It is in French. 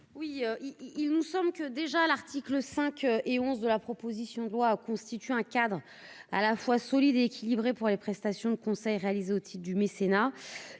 Oui, il nous sommes que déjà à l'article 5 et 11 de la. Proposition de loi à constitue un cadre à la fois solide et équilibré pour les prestations de conseil réalisés au titre du mécénat,